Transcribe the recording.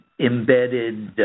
embedded